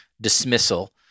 dismissal